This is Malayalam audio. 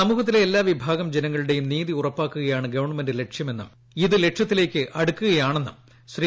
സമൂഹത്തിലെ എല്ലാ വിഭാഗം ജനങ്ങളുടെയും നീതി ഉറപ്പാക്കുകയാണ് ഗവൺമെന്റ് ലക്ഷ്യമെന്നും ഇത് ലക്ഷ്യത്തിലേയ്ക്ക് അടുക്കുകയാണെന്നും ശ്രീ